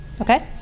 okay